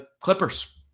clippers